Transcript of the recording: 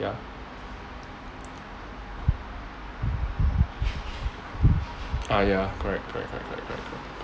ya ah ya correct correct correct correct